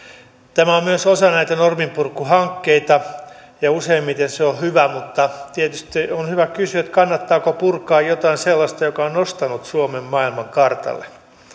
tämä on myös osa norminpurkuhankkeita ja useimmiten se on hyvä mutta tietysti on hyvä kysyä kannattaako purkaa jotain sellaista joka on nostanut suomen maailmankartalle